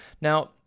Now